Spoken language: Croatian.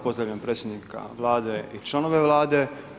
Pozdravljam predsjednika Vlade i članove Vlade.